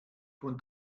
von